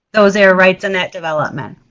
those air rights in that development.